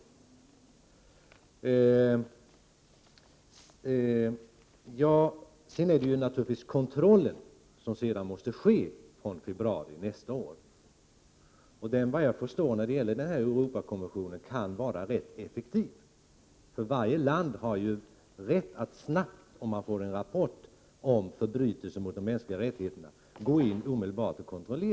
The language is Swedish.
Kontrollen måste naturligtvis ske fr.o.m. februari nästa år, och såvitt jag förstår kan den när det gäller Europakonventionen vara ganska effektiv. Varje land har ju rätt att omedelbart, om man får en rapport om förbrytelser mot de mänskliga rättigheterna, gå in och göra en kontroll.